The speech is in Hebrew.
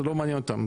זה לא מעניין אותם.